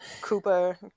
Cooper